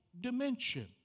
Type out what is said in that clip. dimension